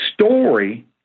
story